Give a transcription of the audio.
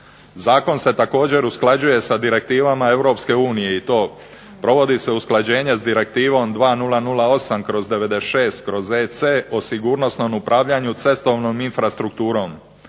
Zakon se također usklađuje sa direktivama EU i to provodi se usklađenje s Direktivom 2008/96/EC o sigurnosnom upravljanju cestovnom infrastrukturom